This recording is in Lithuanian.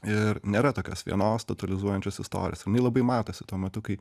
ir nėra tokios vienos totalizuojančios istorijos jinai labai matosi tuo metu kai